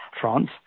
France